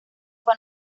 fue